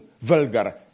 vulgar